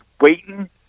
waiting